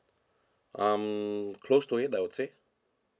um close to it I would say